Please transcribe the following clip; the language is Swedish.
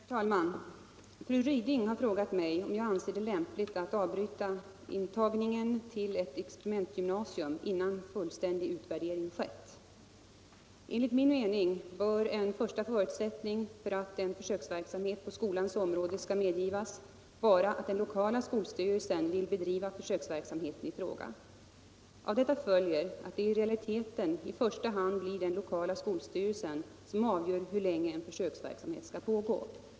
Herr talman! Fru Ryding har frågat mig om jag anser det lämpligt att avbryta intagningen till ett experimentgymnasium innan fullständig utvärdering skett. Enligt min mening bör en första förutsättning för att en försöksverksamhet på skolans område skall medgivas vara att den lokala skolstyrelsen vill bedriva försöksverksamheten i fråga. Av detta följer att det i realiteten i första hand blir den lokala skolstyrelsen som avgör hur länge en försöksverksamhet skall pågå.